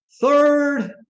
third